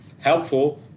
helpful